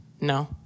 No